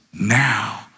Now